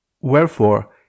Wherefore